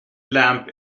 lamp